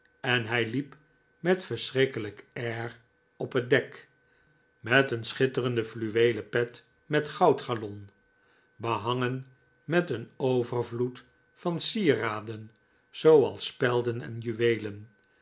en hij liep met een verschrikkelijk air op het dek met een schitterende fluweelen pet met goudgalon behangen met een overvloed van sieraden zooals spelden en juweelen